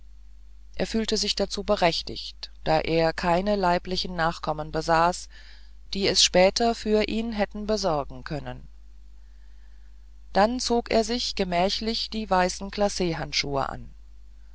er fühlte sich dazu berechtigt da er keine leiblichen nachkommen besaß die es später für ihn hätten besorgen können dann zog er sich gemächlich die weißen glachandschuhe an